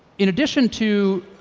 in addition to